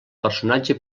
personatge